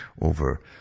over